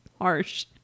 harsh